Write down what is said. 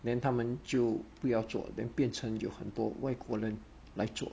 then 他们就不要做 then 变成有很多外国人来做